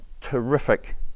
terrific